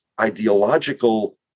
ideological